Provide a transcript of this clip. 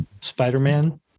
Spider-Man